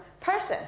person